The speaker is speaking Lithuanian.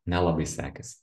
nelabai sekėsi